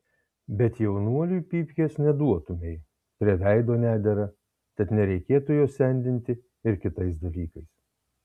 bet jaunuoliui pypkės neduotumei prie veido nedera tad nereikėtų jo sendinti ir kitais dalykais